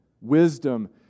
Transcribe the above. Wisdom